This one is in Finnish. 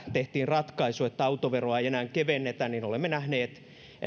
tehtiin ratkaisu että autoveroa ei enää kevennetä niin olemme nähneet